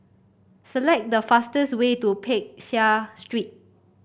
select the fastest way to Peck Seah Street